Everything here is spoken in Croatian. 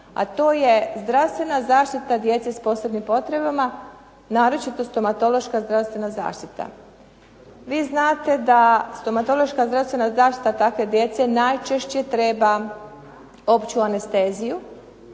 a to je zdravstvena zaštita djece s posebnim potrebama naročito stomatološka zdravstvena zaštita. Vi znate da stomatološka zdravstvena zaštita takve djece najčešće treba opću anesteziju.